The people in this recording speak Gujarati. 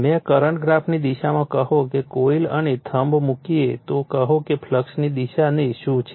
મેં કરંટ ગ્રાફની દિશામાં કહો કે કોઇલ અને થ્ંબ મુકીએ તો કહો કે ફ્લક્સની દિશાને શું છે